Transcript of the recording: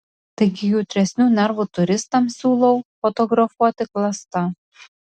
taigi jautresnių nervų turistams siūlau fotografuoti klasta